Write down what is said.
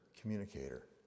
communicator